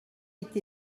été